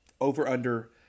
Over-under